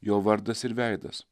jo vardas ir veidas